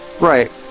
Right